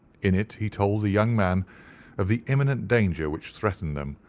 in it he told the young man of the imminent danger which threatened them,